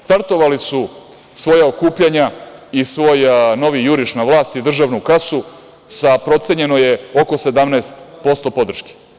Startovali su svoja okupljanja i svoj novi juriš na vlast i državnu kasu sa, procenjeno je, oko 17% podrške.